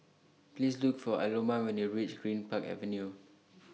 Please Look For Aloma when YOU REACH Greenpark Avenue